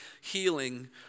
healing